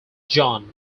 john